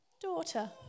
daughter